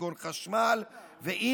כגון חשמל ואינטרנט,